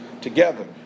together